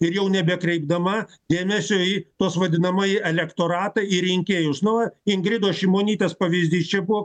ir jau nebekreipdama dėmesio į tuos vadinamąjį elektoratą ir rinkėjus nu va ingridos šimonytės pavyzdys čia buvo